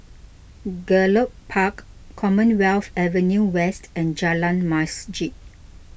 Gallop Park Commonwealth Avenue West and Jalan Masjid